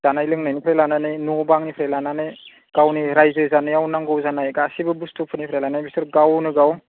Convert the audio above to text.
जानाय लोंनायनिफ्राय लानानै न' बांनिफ्राय लानानै गावनि रायजो जानायाव नांगौ जानाय गासैबो बुस्थुफोरनिफ्रायनो बिसोर गावनो गाव